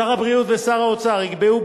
שר הבריאות ושר האוצר יקבעו,